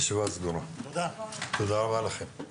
הישיבה ננעלה בשעה 11:27.